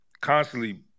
constantly